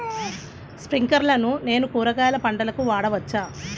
స్ప్రింక్లర్లను నేను కూరగాయల పంటలకు వాడవచ్చా?